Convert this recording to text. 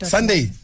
Sunday